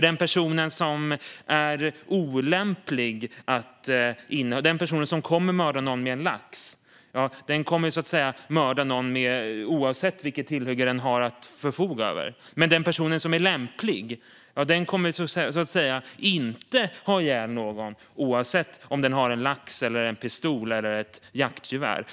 Den person som kan mörda någon med en lax kommer så att säga att mörda någon oavsett tillhygge, medan den person som bedöms lämplig att inneha ett vapen inte kommer att ha ihjäl någon oavsett om personen har en lax, en pistol eller ett jaktgevär.